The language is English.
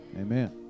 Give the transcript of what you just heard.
Amen